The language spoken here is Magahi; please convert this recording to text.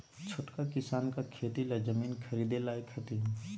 छोटका किसान का खेती ला जमीन ख़रीदे लायक हथीन?